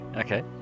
Okay